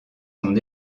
son